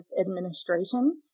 administration